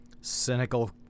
cynical